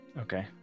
Okay